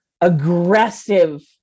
aggressive